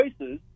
choices